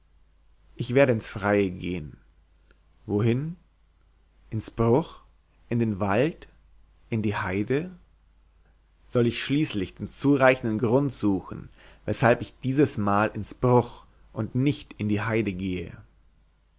ich werde ins freie gehen wohin ins bruch in den wald in die heide soll ich schließlich den zureichenden grund suchen weshalb ich dieses mal ins bruch und nicht in die heide gehe